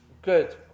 Good